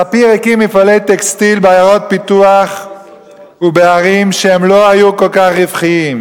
ספיר הקים בעיירות פיתוח ובערים מפעלי טקסטיל שלא היו כל כך רווחיים.